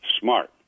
smart